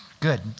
Good